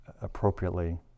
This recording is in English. appropriately